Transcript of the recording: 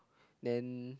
then